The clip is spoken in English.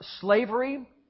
slavery